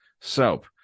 soap